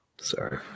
Sorry